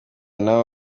nabo